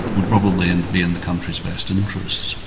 would probably and be in the country's best interests.